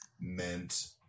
meant